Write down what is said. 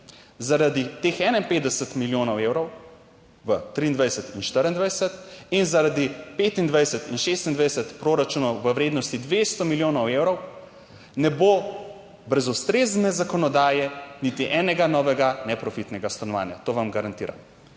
Zaradi teh 51 milijonov evrov v 2023 in 2024 in zaradi 2025 in 2026 proračunov v vrednosti 200 milijonov evrov, ne bo brez ustrezne zakonodaje niti enega novega neprofitnega stanovanja, to vam garantiram.